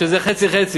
שזה חצי-חצי.